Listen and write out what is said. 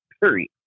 period